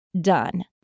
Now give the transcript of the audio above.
done